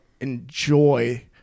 enjoy